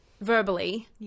verbally